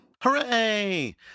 Hooray